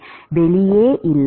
மாணவர் வெளியே இல்லை